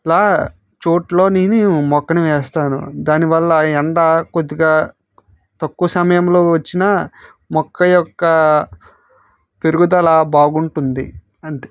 లా చోట్లో నేను మొక్కని వేస్తాను దానివల్ల ఎండ కొద్దిగా తక్కువ సమయంలో వచ్చిన మొక్క యొక్క పెరుగుదల బాగుంటుంది అంతే